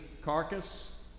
carcass